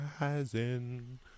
rising